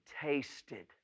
tasted